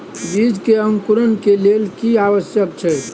बीज के अंकुरण के लेल की आवश्यक छै?